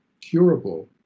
curable